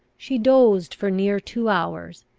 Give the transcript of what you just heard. she dozed for near two hours,